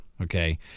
okay